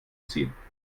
ziehen